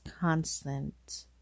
constant